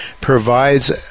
provides